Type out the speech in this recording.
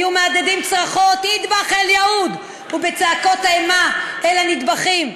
היו מהדהדות צרחות "אטבח אל יהוד" וצעקות האימה של הנטבחים.